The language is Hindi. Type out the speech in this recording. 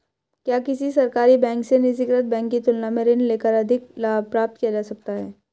क्या किसी सरकारी बैंक से निजीकृत बैंक की तुलना में ऋण लेकर अधिक लाभ प्राप्त किया जा सकता है?